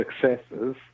successes